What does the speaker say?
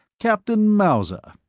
captain mauser.